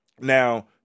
Now